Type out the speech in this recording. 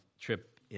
trip